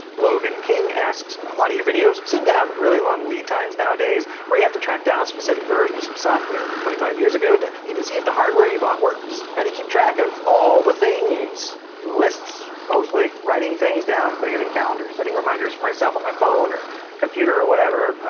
logan king asks, a lot of your videos seem to have really long lead times nowadays, where you have to track down a specific version of some software from twenty five years ago to even see if the hardware you bought works. how do you keep track of all the things? lists, mostly. writing things down, putting it in calendars, setting reminders for myself on my phone or computer or whatever.